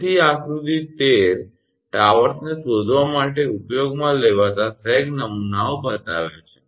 તેથી આ આકૃતિ 13 ટાવર્સને શોધવા માટે ઉપયોગમાં લેવાતા સેગ નમૂનાઓ બતાવે છે